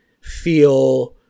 feel